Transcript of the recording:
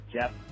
Jeff